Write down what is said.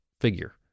figure